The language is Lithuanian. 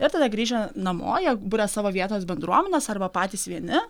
ir tada grįžę namo jie buria savo vietos bendruomenes arba patys vieni